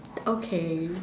okay